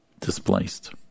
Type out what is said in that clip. displaced